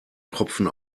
tropfen